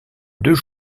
deux